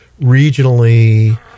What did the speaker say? regionally